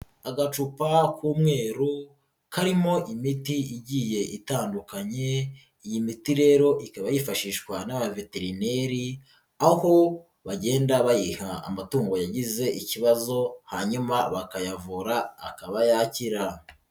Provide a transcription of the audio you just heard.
Agacupa k'umweru karimo imiti igiye itandukanye, iyi miti rero ikaba yifashishwa n'abaveterineri aho bagenda bayiha amatungo yagize ikibazo hanyuma bakayavura akaba yakira.